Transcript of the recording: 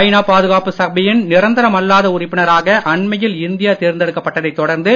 ஐ நா பாதுகாப்பு சபையின் நிரந்தரமல்லாத உறுப்பினராக அண்மையில் இந்தியா தேர்ந்தெடுக்கப்பட்டதைத் தொடர்ந்து